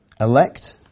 Elect